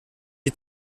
die